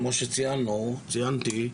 כמו שציינתי,